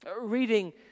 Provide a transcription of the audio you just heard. Reading